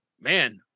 Man